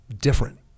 different